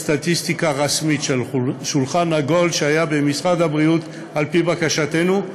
סטטיסטיקה רשמית של "שולחן עגול" שהיה במשרד הבריאות על-פי בקשתנו,